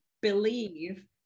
believe